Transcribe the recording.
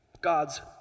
God's